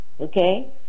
Okay